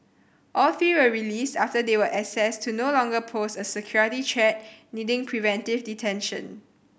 all three were released after they were assessed to no longer pose a security threat needing preventive detention